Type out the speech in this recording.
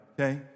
okay